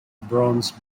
bronze